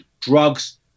drugs